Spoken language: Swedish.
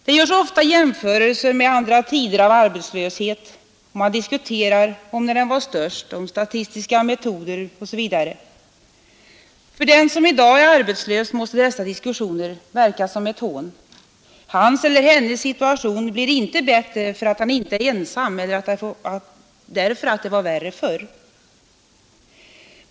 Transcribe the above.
Det görs ofta jämförelser med andra tider av arbetslöshet, och man diskuterar om när den var störst, olika statistiska metoder osv. För den som i dag är arbetslös måste dessa diskussioner verka som ett hån. Hans eller hennes situation blir inte bättre därför att han inte är ensam eller därför att det har varit värre förr.